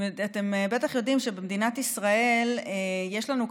אתם בטח יודעים שבמדינת ישראל יש לנו,